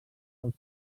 dels